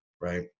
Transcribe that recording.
right